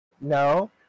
No